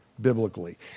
biblically